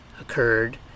occurred